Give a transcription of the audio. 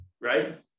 Right